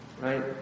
right